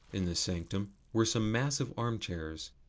in this sanctum were some massive armchairs,